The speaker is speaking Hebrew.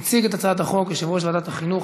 יציג את הצעת החוק יושב-ראש ועדת החינוך,